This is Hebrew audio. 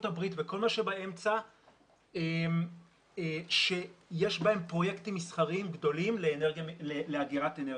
הברית וכל מה שבאמצע שיש בהן פרויקטים מסחריים גדולים לאגירת אנרגיה.